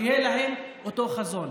שיהיה להן אותו חזון.